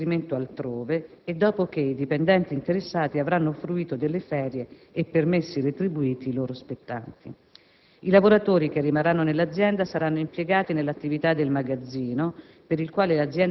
per il loro trasferimento altrove e dopo che i dipendenti interessati avranno fruito delle ferie e dei permessi retribuiti loro spettanti. I lavoratori che rimarranno nell'azienda saranno impiegati nell'attività del magazzino,